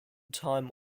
time